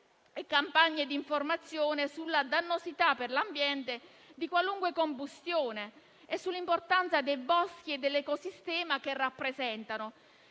e campagne di informazione sulla dannosità per l'ambiente di qualunque combustione e sull'importanza dei boschi e dell'ecosistema che rappresentano.